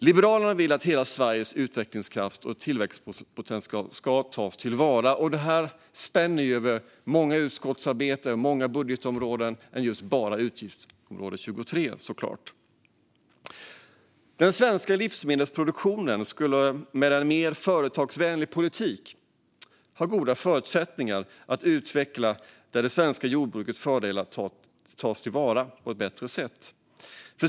Liberalerna vill att hela Sveriges utvecklingskraft och tillväxtpotential ska tas till vara. Detta spänner såklart över många utskottsarbeten och över fler budgetområden än just utgiftsområde 23. Den svenska livsmedelsproduktionen skulle med en mer företagsvänlig politik ha goda förutsättningar att utvecklas genom att det svenska jordbrukets fördelar tas till vara på ett bättre sätt.